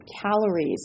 calories